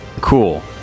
Cool